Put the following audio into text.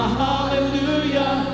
hallelujah